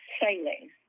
sailing